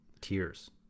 Tears